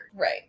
right